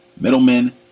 Middlemen